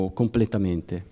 completamente